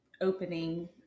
opening